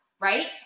right